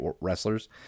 wrestlers